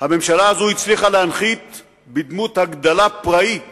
הממשלה הזו הצליחה להנחית בדמות הגדלה פראית